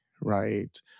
right